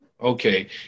Okay